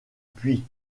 puits